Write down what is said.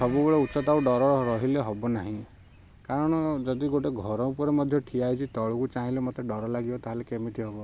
ସବୁବେଳେ ଉଚ୍ଚତାକୁ ଡ଼ର ରହିଲେ ହେବ ନାହିଁ କାରଣ ଯଦି ଗୋଟେ ଘର ଉପରେ ମଧ୍ୟ ଠିଆ ହେଇଛି ତଳକୁ ଚାହିଁଲେ ମୋତେ ଡ଼ର ଲାଗିବ ତାହେଲେ କେମିତି ହେବ